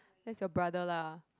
that's your brother lah